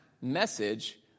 message